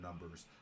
numbers